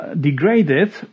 Degraded